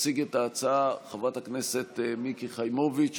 תציג את ההצעה חברת הכנסת מיקי חיימוביץ'.